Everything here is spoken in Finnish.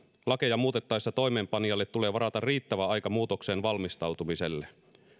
lakeja muutettaessa toimeenpanijalle tulee varata riittävä aika muutokseen valmistautumiselle